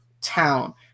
Town